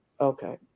okay